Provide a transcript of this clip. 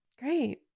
Great